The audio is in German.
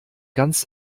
ganz